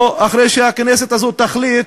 או אחרי שהכנסת הזאת תחליט,